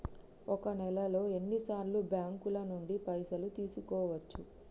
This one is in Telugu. ఒక నెలలో ఎన్ని సార్లు బ్యాంకుల నుండి పైసలు తీసుకోవచ్చు?